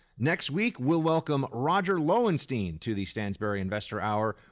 next week we'll welcome roger lowenstein to the stansberry investor hour.